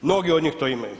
Mnogi od njih to imaju.